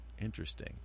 Interesting